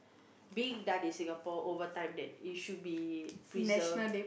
being done in Singapore over time that it should be preserved